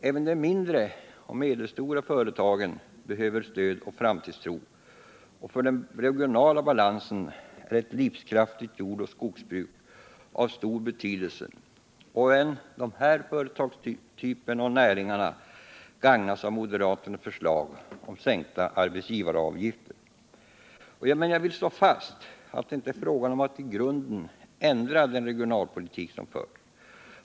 Även de mindre och medelstora företagen behöver stöd och framtidstro. För den regionala balansen är ett livskraftigt jordoch skogsbruk av stor betydelse. Även dessa företagstyper och näringar gagnas av moderaternas förslag om sänkta arbetsgivaravgifter. Jag vill slå fast att det inte är fråga om att i grunden helt ändra den regionalpolitik som förts.